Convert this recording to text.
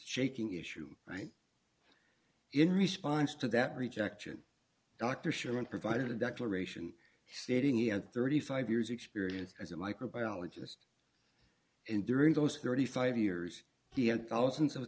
shaking issue right in response to that rejection dr sherman provided a declaration sitting in thirty five years experience as a microbiologist and during those thirty five years he had all sins of the